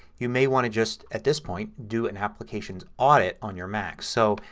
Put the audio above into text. you may want to just, at this point, do an applications audit on your mac. so,